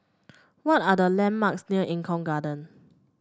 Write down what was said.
what are the landmarks near Eng Kong Garden